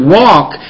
walk